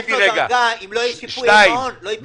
אבל גם אם יש לו דרגה אם לא יהיה שיפוי למעון לא ייפתח המעון.